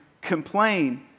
complain